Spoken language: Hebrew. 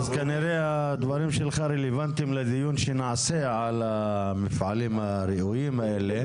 אז כנראה הדברים שלך רלוונטיים לדברים שנעשה על המפעלים הראויים האלה.